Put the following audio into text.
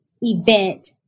event